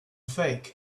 fake